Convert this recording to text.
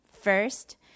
First